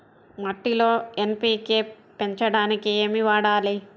మట్టిలో ఎన్.పీ.కే పెంచడానికి ఏమి వాడాలి?